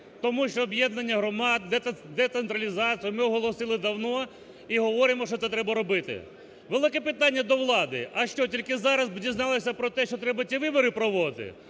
Тому що об'єднання громад, децентралізацію ми оголосили давно і говоримо, що це треба робити. Велике питання до влади, а що, тільки зараз дізнались про те, що треба ці вибори проводити?